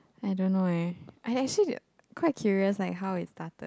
I don't know leh I actually quite curious like how it started